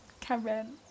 Karen